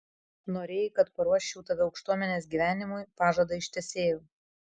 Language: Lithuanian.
norėjai kad paruoščiau tave aukštuomenės gyvenimui pažadą ištesėjau